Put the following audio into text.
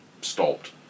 Stopped